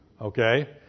Okay